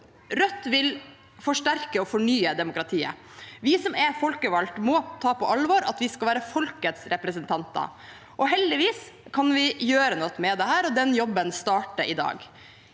Rødt vil forsterke og fornye demokratiet. Vi som er folkevalgte, må ta på alvor at vi skal være folkets representanter. Heldigvis kan vi gjøre noe med dette, og den jobben starter i dag.